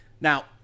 Now